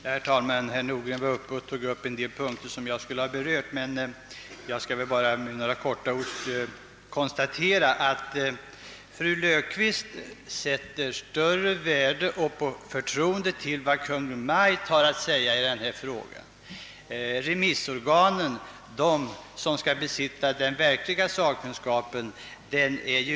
Herr talman! Herr Nordgren tog upp en del synpunkter som jag hade ämnat beröra. Jag vill därför nu endast konstatera att fru Löfqvist i denna fråga sätter större värde på och hyser större förtroende till Kungl. Maj:t än remissorganen, som dock besitter den verkliga sakkunskapen.